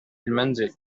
المنزل